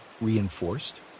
reinforced